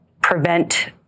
prevent